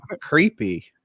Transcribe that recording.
Creepy